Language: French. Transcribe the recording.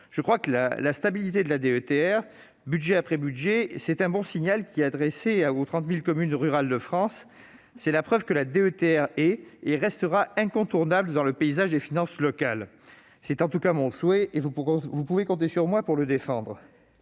Je crois que cette stabilité de la DETR, budget après budget, est un bon signal adressé aux 30 000 communes rurales de France : c'est la preuve que cette dotation est incontournable dans le paysage des finances locales et qu'elle le restera. C'est en tout cas mon souhait, et vous pouvez compter sur moi pour la défendre.